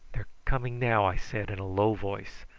they're coming now, i said in a low voice,